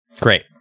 Great